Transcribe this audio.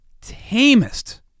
tamest